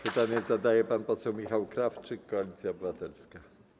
Pytanie zadaje pan poseł Michał Krawczyk, Koalicja Obywatelska.